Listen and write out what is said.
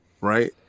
right